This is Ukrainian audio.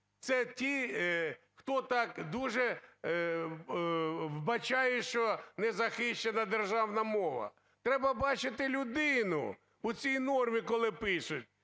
Це ті, хто так дуже вбачає, що не захищена державна мова. Треба бачити людину у цій нормі, коли пишуть,